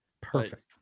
perfect